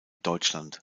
deutschland